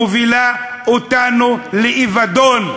מובילה אותנו לאבדון.